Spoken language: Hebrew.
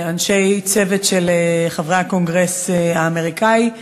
אנשי צוות של חברי הקונגרס האמריקאי,